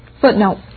Footnote